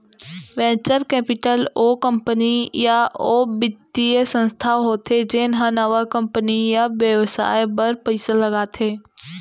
venture capital ओ company या ओ बित्तीय संस्था होथे जेन ह नवा कंपनी या बेवसाय बर पइसा लगाथे